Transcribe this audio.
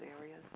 areas